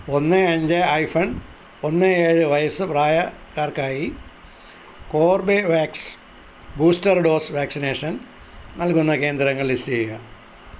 ഒന്ന് അഞ്ച് ഹൈഫൺ ഒന്ന് ഏഴ് വയസ്സ് പ്രായക്കാർക്കായി കോർബേവാക്സ് ബൂസ്റ്റർ ഡോസ് വാക്സിനേഷൻ നൽകുന്ന കേന്ദ്രങ്ങൾ ലിസ്റ്റ് ചെയ്യുക